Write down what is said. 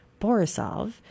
Borisov